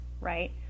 right